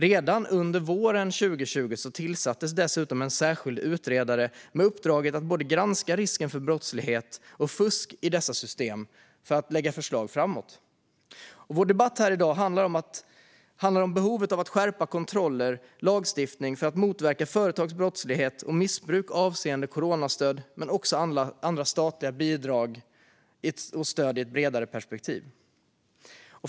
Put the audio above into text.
Redan under våren 2020 tillsattes dessutom en särskild utredare med uppdraget att både granska risken för brottslighet och fusk i dessa system och lägga förslag framåt. Vår debatt i dag handlar om behovet av att skärpa kontroller och lagstiftning för att motverka företags brottslighet och missbruk avseende inte bara coronastöd utan även andra statliga bidrag och stöd i ett bredare perspektiv.